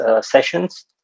sessions